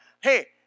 hey